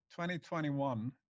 2021